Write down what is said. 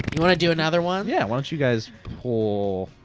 you wanna do another one? yeah, why don't you guys pull,